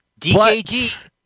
DKG